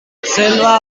selva